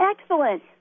Excellent